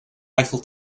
eiffel